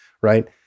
right